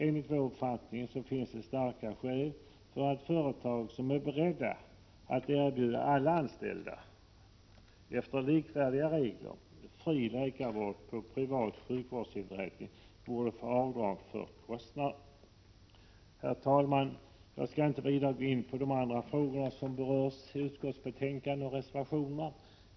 Enligt vår uppfattning finns det starka skäl för att företag som är beredda att erbjuda alla anställda — efter likvärdiga regler — fri läkarvård på privat sjukvårdsinrättning borde få avdrag för kostnaderna. Herr talman! Jag skall inte vidare gå in på de andra frågor som berörs i utskottsbetänkandet och i reservationerna.